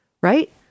right